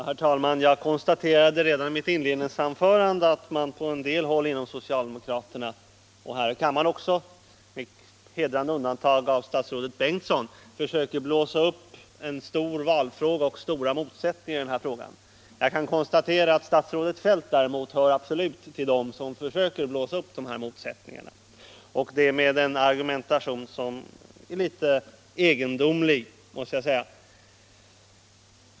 Herr talman! Jag konstaterade redan i mitt inledningsanförande att man på en del håll inom socialdemokratin och även här i kammaren — med ett hedrande undantag av statsrådet Bengtsson — försöker blåsa upp detta till en stor valfråga genom att påstå att det finns stora motsättningar. Statsrådet Feldt hör absolut till dem som försöker blåsa upp motsättningarna med en argumentation som är litet egendomlig.